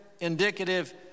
indicative